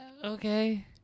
Okay